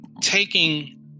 taking